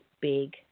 big